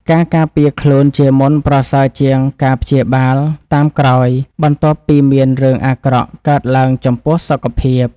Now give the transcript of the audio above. ការការពារខ្លួនជាមុនប្រសើរជាងការព្យាបាលតាមក្រោយបន្ទាប់ពីមានរឿងអាក្រក់កើតឡើងចំពោះសុខភាព។